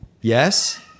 Yes